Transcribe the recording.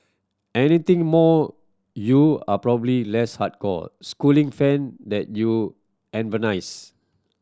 anything more you are probably less hardcore Schooling fan than you